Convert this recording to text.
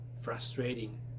frustrating